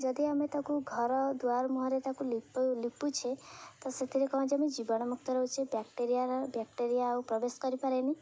ଯଦି ଆମେ ତାକୁ ଘର ଦୁଆର ମୁହଁରେ ତାକୁ ଲିପୁ ଲିପୁଛେ ତ ସେଥିରେ କ'ଣ ଯେ ଆମେ ଜୀବଣୁ ମୁୁକ୍ତ ରହୁଛେ ବ୍ୟାକ୍ଟେରିଆର ବ୍ୟାକ୍ଟେରିଆ ଆଉ ପ୍ରବେଶ କରିପାରେନି